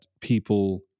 people